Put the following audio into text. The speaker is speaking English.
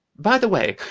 by the way,